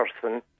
person